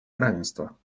равенства